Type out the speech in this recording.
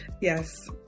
Yes